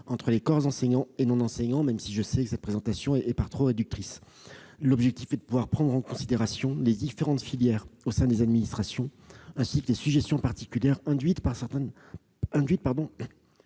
entre les corps enseignants et non enseignants, même si je sais que cette présentation est par trop réductrice. L'objectif est de pouvoir prendre en considération les différentes filières au sein des administrations, ainsi que les sujétions particulières induites par certaines professions.